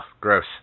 gross